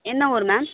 என்ன ஊர் மேம்